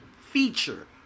feature